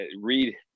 read